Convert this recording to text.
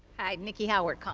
nikki howard.